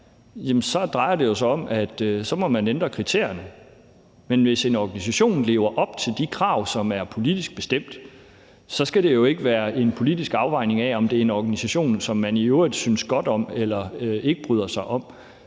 at man må ændre kriterierne. Men hvis en organisation lever op til de krav, som er politisk bestemt, skal det jo ikke være en politisk afvejning af, om det er en organisation, som man i øvrigt synes godt om eller ikke bryder sig om.